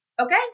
Okay